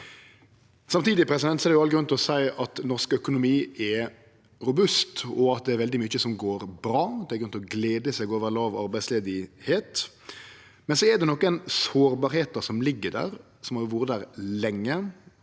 Samtidig er det all grunn til å seie at norsk økonomi er robust, og at det er veldig mykje som går bra. Det er grunn til å glede seg over låg arbeidsløyse. Men det er nokre sårbarheiter som ligg der, som har vore der lenge,